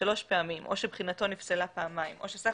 שלוש פעמים או שבחינתו נפסלה פעמיים או שסך